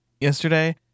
yesterday